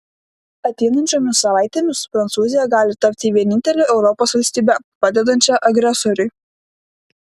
ateinančiomis savaitėmis prancūzija gali tapti vienintele europos valstybe padedančia agresoriui